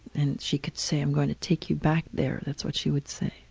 and she could say, i'm going to take you back there. that's what she would say.